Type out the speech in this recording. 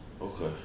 Okay